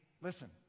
listen